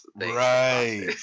right